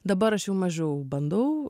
dabar aš jau mažiau bandau